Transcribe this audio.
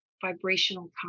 vibrational